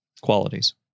qualities